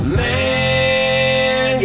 man